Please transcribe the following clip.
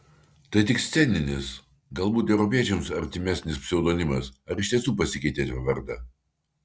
tai tik sceninis galbūt europiečiams artimesnis pseudonimas ar iš tiesų pasikeitėte vardą